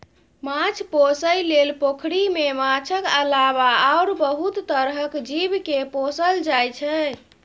माछ पोसइ लेल पोखरि मे माछक अलावा आरो बहुत तरहक जीव केँ पोसल जाइ छै